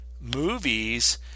movies